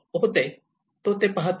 ते तो पाहतो